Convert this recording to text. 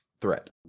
threat